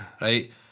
right